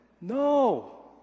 No